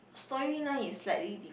storyline is slightly di~